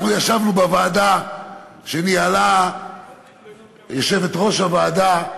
אנחנו ישבנו בוועדה שניהלה יושבת-ראש הוועדה,